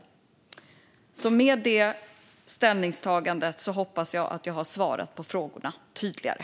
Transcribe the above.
Med detta ställningstagande hoppas jag att jag har svarat på frågorna tydligare.